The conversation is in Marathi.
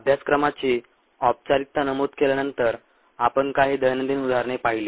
अभ्यासक्रमाची औपचारिकता नमूद केल्यानंतर आपण काही दैनंदिन उदाहरणे पाहिली